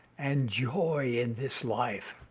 and joy in this life.